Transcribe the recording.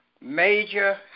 major